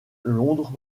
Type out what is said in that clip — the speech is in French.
londres